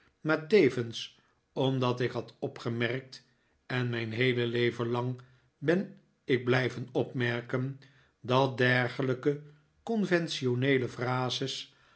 maar tevens omdat ik had opgemerkt en mijn heele leven lang ben ik blijven opmerken dat dergelijke conventioneele phrases